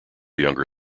younger